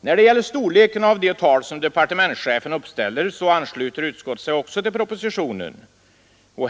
När det gäller storleken av de tal som departementschefen uppställer ansluter sig utskottet också till propositionen.